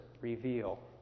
reveal